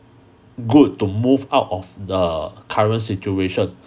good to move out of the current situation